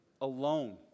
alone